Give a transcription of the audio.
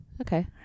Okay